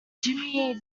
jimmy